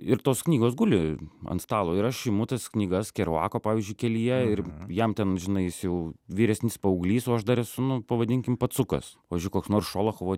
ir tos knygos guli ant stalo ir aš imu tas knygas keruako pavyzdžiui kelyje ir jam ten žinai jis jau vyresnis paauglys o aš dar esu nu pavadinkim pacukas pavyzdžiui koks nors šolachovo